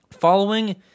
Following